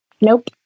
Nope